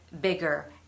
bigger